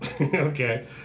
Okay